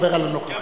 נדבר על הנוכחים.